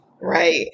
Right